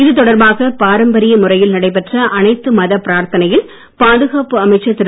இது தொடர்பாக பாரம்பரிய முறையில் நடைபெற்ற அனைத்து மதப் பிரார்த்தனையில் பாதுகாப்பு அமைச்சர் திரு